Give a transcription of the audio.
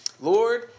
Lord